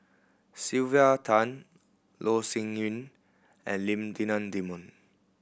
Sylvia Tan Loh Sin Yun and Lim Denan Denon